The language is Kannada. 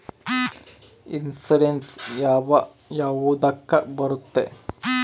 ಇನ್ಶೂರೆನ್ಸ್ ಯಾವ ಯಾವುದಕ್ಕ ಬರುತ್ತೆ?